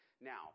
Now